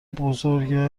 بزرگه